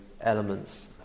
elements